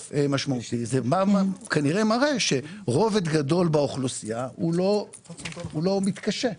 כנראה מראה שרובד גדול באוכלוסייה לא מתקשה.